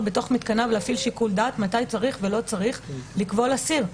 במתקניו להפעיל שיקול דעת מתי צריך ולא צריך לכבול אסיר.